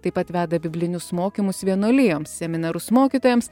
taip pat veda biblinius mokymus vienuolijoms seminarus mokytojams